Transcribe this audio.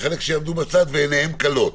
וחלק יעמדו בצד ועיניהם כלות.